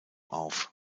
auf